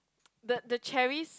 the the cherries